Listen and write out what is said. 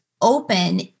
open